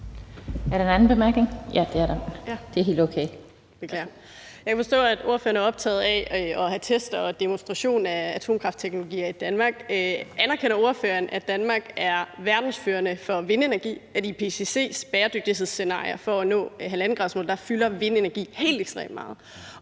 er helt okay. Værsgo. Kl. 10:31 Signe Munk (SF): Jeg kan forstå, at ordføreren er optaget af at have test og demonstration af atomkraftteknologier i Danmark. Anerkender ordføreren, at Danmark er verdensførende inden for vindenergi, at i IPPC's bæredygtighedsscenarier for at nå 1,5-gradersmålet fylder vindenergi helt ekstremt meget,